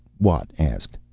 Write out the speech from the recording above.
watt asked.